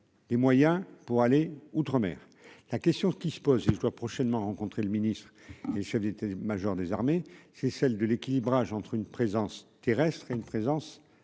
des moyens pour aller outre-mer, la question qui se pose, il doit prochainement rencontrer le ministre et le chef d'état major des armées, c'est celle de l'équilibrage entre une présence terrestre et une présence